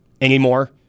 anymore